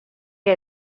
que